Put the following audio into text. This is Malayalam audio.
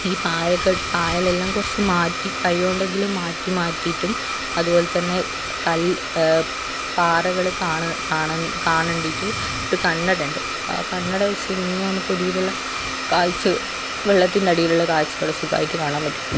ഈ പായക്കെട്ട് പായലെല്ലാം കുറച്ച് മാറ്റി കൈകൊണ്ടെങ്കിലും മാറ്റി മാറ്റിയിട്ടും അതുപോലെതന്നെ കല്ല് പാറകള് കാണ് കാണ്ന്ന് കാണണ്ടീട്ട് ഒരു കണ്ണടയുണ്ട് ആ കണ്ണട വെച്ചു കഴിഞ്ഞുകഴിഞ്ഞാല് നമുക്ക് ഒരു വിധമെല്ലാം കാഴ്ച വെള്ളത്തിൻ്റെ അടിയിലുള്ള കാഴ്ചകള് സുഖമായിട്ട് കാണാൻ പറ്റും